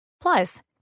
Plus